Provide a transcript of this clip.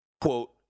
quote